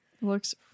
looks